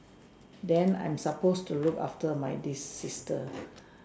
then I'm supposed to look after my this sister